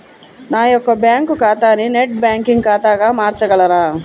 నా యొక్క బ్యాంకు ఖాతాని నెట్ బ్యాంకింగ్ ఖాతాగా మార్చగలరా?